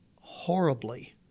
horribly